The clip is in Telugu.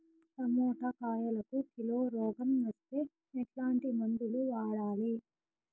టమోటా కాయలకు కిలో రోగం వస్తే ఎట్లాంటి మందులు వాడాలి?